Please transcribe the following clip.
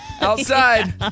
outside